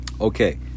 Okay